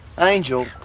Angel